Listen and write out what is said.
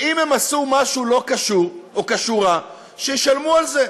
ואם הם עשו משהו לא כשורה, שישלמו על זה.